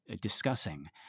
discussing